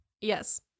Yes